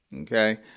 Okay